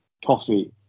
coffee